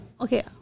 Okay